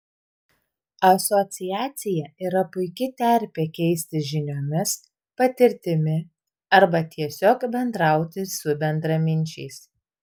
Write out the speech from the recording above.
asociacija yra puiki terpė keistis žiniomis patirtimi arba tiesiog bendrauti su bendraminčiais